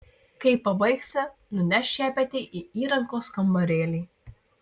kai pabaigsi nunešk šepetį į įrangos kambarėlį